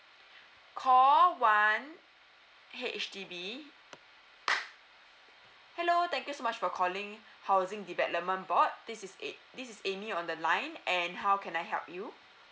call one H_D_B hello thank you so much for calling housing development board this is a~ this is amy on the line and how can I help you